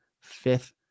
fifth